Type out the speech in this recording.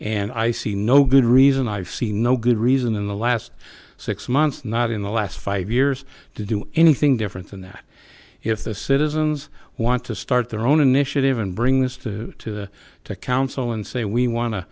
and i see no good reason i've see no good reason in the last six months not in the last five years to do anything different than that if the citizens want to start their own initiative and bring this to to council and say we wan